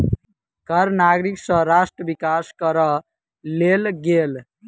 कर नागरिक सँ राष्ट्र विकास करअ लेल गेल